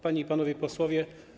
Panie i Panowie Posłowie!